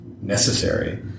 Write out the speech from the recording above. necessary